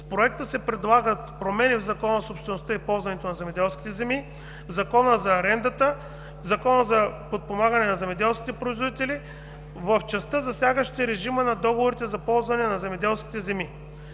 с Проекта се предлагат промени в Закона за собствеността и ползването на земеделските земи, в Закона за арендата, в Закона за подпомагане на земеделските производители в частта, засягаща режима на договорите за ползване на земеделските земи.